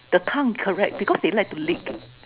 the tongue correct because they like to lick